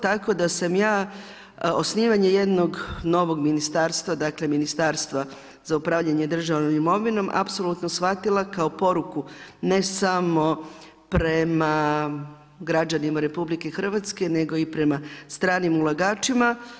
Tako da sam ja osnivanje jednog novog ministarstva, dakle Ministarstva za upravljanje državnom imovinom apsolutno shvatila kao poruku ne samo prema građanima RH nego i prema stranim ulagačima.